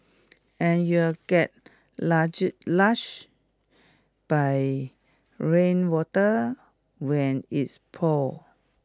and you'll get large lashed by rainwater when its pours